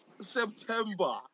September